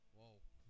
Whoa